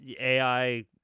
AI